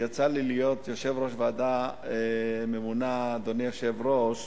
יצא לי להיות יושב-ראש ועדה ממונה בלוד